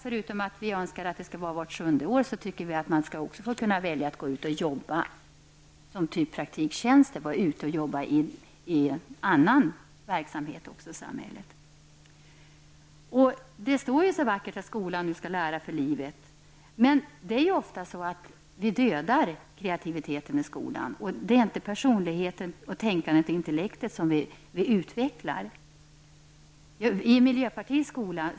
Förutom fortbildning vart sjunde år har vi också sagt att lärare skall ges möjlighet att praktisera inom annan verksamhet. Det står så vackert att skolan skall lära för livet, men ofta dödar vi kreativiteten i skolan. Det är inte personligheten, tänkandet och intellektet hos barnen som vi utvecklar.